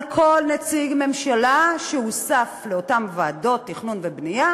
על כל נציג ממשלה שהוסף לאותן ועדות תכנון ובנייה